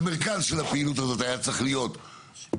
המרכז של הפעילות הזאת היה צריך להיות איך